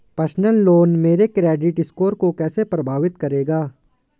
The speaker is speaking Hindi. पर्सनल लोन मेरे क्रेडिट स्कोर को कैसे प्रभावित करेगा?